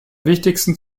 wichtigsten